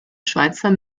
schweizer